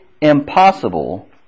impossible